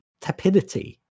Tepidity